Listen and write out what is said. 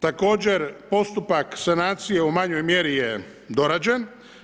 Također postupak sanacije u manjoj mjeri je dorađen.